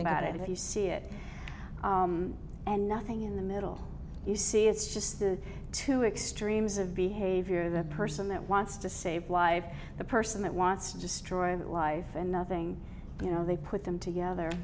about it if you see it and nothing in the middle you see it's just the two extremes of behavior the person that wants to save lives the person that wants to destroy that life and nothing you know they put them together